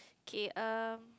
kay um